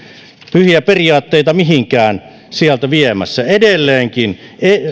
pyhiä periaatteita mihinkään viemässä edelleenkin